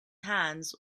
hands